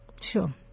sure